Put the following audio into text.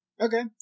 Okay